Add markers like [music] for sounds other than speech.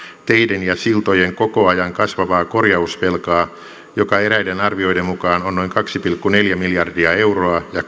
teiden ja siltojen koko ajan kasvavaa korjausvelkaa joka eräiden arvioiden mukaan on noin kaksi pilkku neljä miljardia euroa ja [unintelligible]